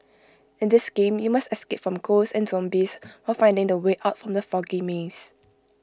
in this game you must escape from ghosts and zombies while finding the way out from the foggy maze